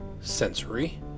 Sensory